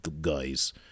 guys